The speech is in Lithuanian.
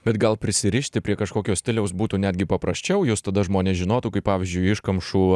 bet gal prisirišti prie kažkokio stiliaus būtų netgi paprasčiau jus tada žmonės žinotų kaip pavyzdžiui iškamšų